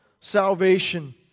salvation